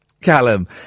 Callum